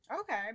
Okay